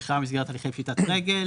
מכירה במסגרת הליכי פשיטת רגל,